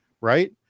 right